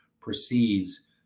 proceeds